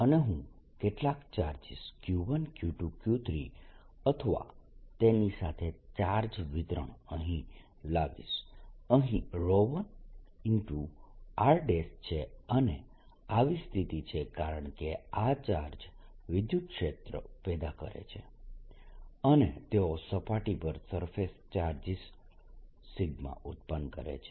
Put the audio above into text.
અને હું કેટલાક ચાર્જીસ Q1 Q2 Q3 અથવા તેની સાથે ચાર્જ વિતરણ અહીં લાવીશ અહીં 1r છે અને અને આવી સ્થિતિ છે કારણકે આ ચાર્જ વિદ્યુતક્ષેત્ર પેદા કરશે અને તેઓ સપાટી પર સરફેસ ચાર્જીસ ઉત્પન્ન કરશે